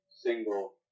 single